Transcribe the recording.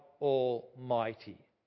Almighty